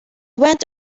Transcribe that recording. went